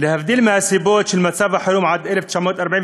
ולהבדיל מהסיבות של מצב החירום עד 1948,